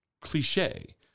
cliche